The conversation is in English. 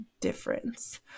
difference